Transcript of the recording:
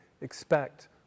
expect